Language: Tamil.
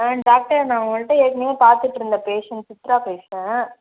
ஆ டாக்டர் நான் உங்கள்கிட்ட ஏற்கனவே பார்த்துட்ருந்த பேஷண்ட் சித்ரா பேசுகிறேன்